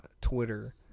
Twitter